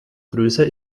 größer